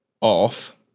off